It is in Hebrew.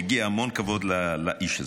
מגיע המון כבוד לאיש הזה.